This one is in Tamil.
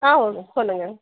ஆ சொல்லுங்க